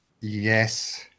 Yes